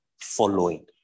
following